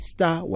Star